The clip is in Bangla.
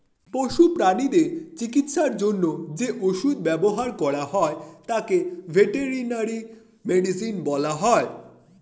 পশু প্রানীদের চিকিৎসার জন্য যে ওষুধ ব্যবহার করা হয় তাকে ভেটেরিনারি মেডিসিন বলা হয়